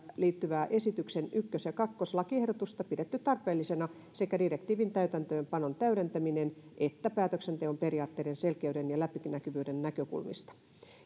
liittyvää esityksen ensimmäinen ja toinen lakiehdotusta pidetty tarpeellisina sekä direktiivin täytäntöönpanon täydentämisen että päätöksenteon periaatteiden selkeyden ja läpinäkyvyyden näkökulmista